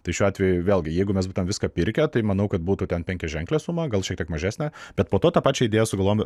tai šiuo atveju vėlgi jeigu mes būtume viską pirkę tai manau kad būtų ten penkiaženklė suma gal šiek tiek mažesnė bet po to ta pačia idėja sugalvojom